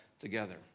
together